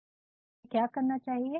तो हमें क्या करना चाहिए